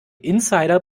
insider